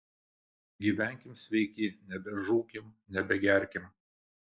gyvenkim sveiki nebežūkim nebegerkim